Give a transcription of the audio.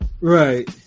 Right